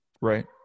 Right